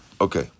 Okay